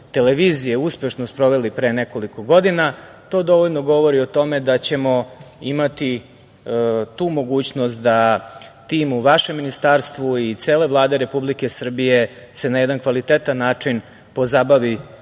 uspešno sproveli pre nekoliko godina. To dovoljno govori o tome da ćemo imati tu mogućnost da timu u vašem Ministarstvu i cele Vlade Republike Srbije na jedan kvalitetan način pozabavi